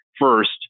first